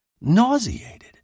nauseated